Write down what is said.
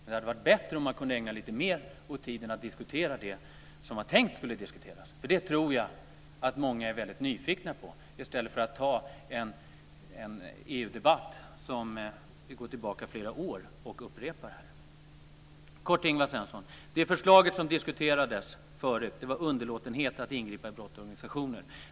Det hade varit bättre om man hade ägnat lite mer tid åt att diskutera det som det var tänkt att diskuteras - jag tror att många är väldigt nyfikna på det - i stället för att föra en EU-debatt där man går tillbaka flera år och upprepar det som sades då. Det förslag som diskuterades förut, Ingvar Svensson, var underlåtenhet att ingripa i brott och organisationer.